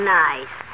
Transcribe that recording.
nice